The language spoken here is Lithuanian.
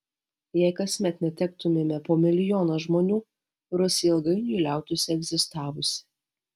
jei kasmet netektumėme po milijoną žmonių rusija ilgainiui liautųsi egzistavusi